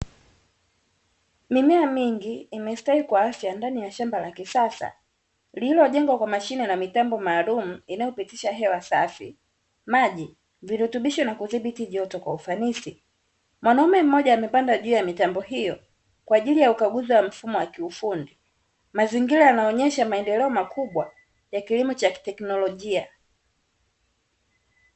Mimea mingi imestawi kwa afya ndani ya shamba la kisasa lililojengwa kwa mashine na mitambo maalumu inayopitisha hewa, safi, maji, virutubisho na kudhibiti joto kwa ufanisi. Mwanume mmoja amepanda juu ya mitambo hiyo kwa ajili ya ukaguzi wa mfumo wa kiufundi. Mazingira yanaonyesha maendeleo makubwa ya kilimo cha kiteknolojia.